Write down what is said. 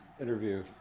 interview